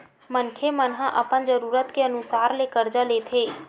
मनखे मन ह अपन जरूरत के अनुसार ले करजा लेथे